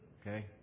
Okay